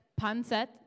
Panset